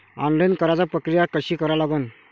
Online कराच प्रक्रिया कशी करा लागन?